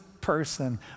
person